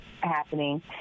happening